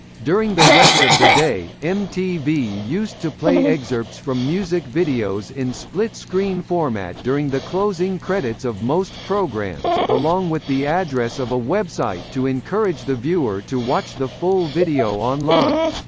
during the rest of the day, mtv used to play excerpts from music videos in split screen format during the closing credits of most programs, along with the address of a website to encourage the viewer to watch the full video online.